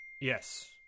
Yes